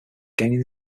gaining